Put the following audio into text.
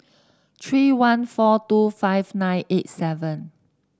three one four two five nine eight seven